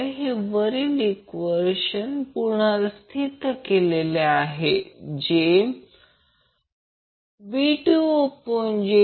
हे वरील ईक्वेशन पुनर्स्थित केल्यावर मिळेल V2j22V1 j2